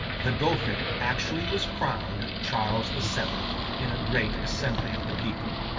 the dauphin actually was crowned charles the seventh in a great assembly of the people.